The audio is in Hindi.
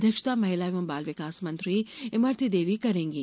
अध्यक्षता महिला एवं बाल विकास मंत्री इमरती देवी करेंगीं